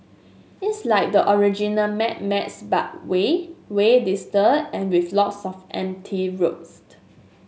it's like the original Mad Max but way way dustier and with lots of empty roads